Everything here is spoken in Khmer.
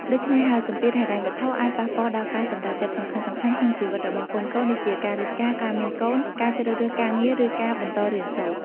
ដូច្នេះហើយ សម្ពាធហិរញ្ញវត្ថុអាចប៉ះពាល់ដល់ការសម្រេចចិត្តសំខាន់ៗក្នុងជីវិតរបស់កូនៗ ដូចជាការរៀបការ ការមានកូន ការជ្រើសរើសការងារ ឬការបន្តរៀនសូត្រ។